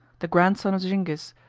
the grandson of zingis,